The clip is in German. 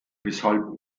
weshalb